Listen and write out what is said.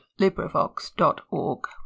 LibriVox.org